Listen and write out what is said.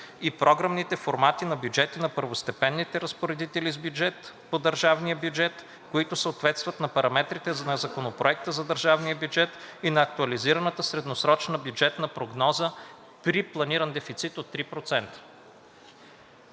и програмните формати на бюджети на първостепенните разпоредители с бюджет по държавния бюджет, които съответстват на параметрите на Законопроекта за държавния бюджет и на актуализираната средносрочна бюджетна прогноза при планиран дефицит от 3%.